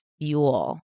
fuel